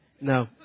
No